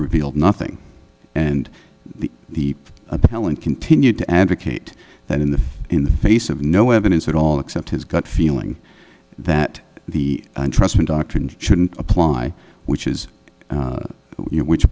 revealed nothing and the appellant continued to advocate that in the in the face of no evidence at all except his gut feeling that the trust in doctrine shouldn't apply which is why which